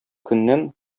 көннән